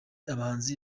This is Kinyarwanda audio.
abahanzi